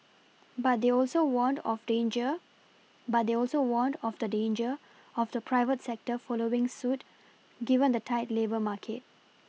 but they also warned of danger but they also warned of the danger of the private sector following suit given the tight labour market